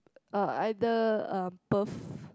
uh either um Perth